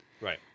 right